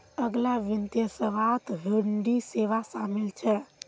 अलग वित्त सेवात हुंडी सेवा शामिल छ